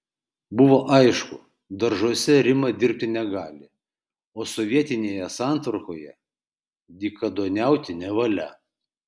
buvo aišku daržuose rima dirbti negali o sovietinėje santvarkoje dykaduoniauti nevalia